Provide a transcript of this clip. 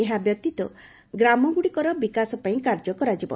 ଏହା ବ୍ୟତୀତ ଗ୍ରାମଗୁଡ଼ିକର ବିକାଶ ପାଇଁ କାର୍ଯ୍ୟ କରାଯିବ